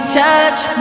touch